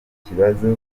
ikibazo